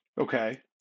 Okay